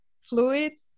fluids